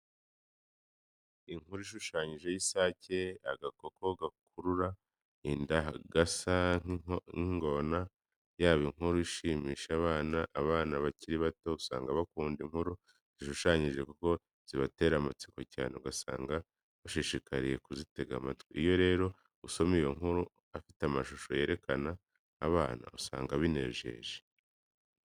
Inkuru ishushanije y'isake agakoko gakurura inda gasa nk'ingona yaba inkuru ishimisha abana. Abana bakiri bato usanga bakunda inkuru zishushanije kuko zibatera amatsiko cyane ugasanga bashishikariye kuzitega amatwi. Iyo rero usoma iyo nkuru afite amashusho yereka abana usanga binejeje.